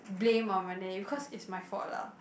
blame on my nanny cause it's my fault lah